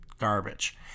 garbage